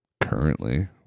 currently